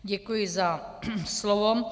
Děkuji za slovo.